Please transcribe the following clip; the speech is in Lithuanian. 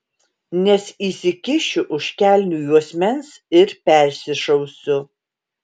nes įsikišiu už kelnių juosmens ir persišausiu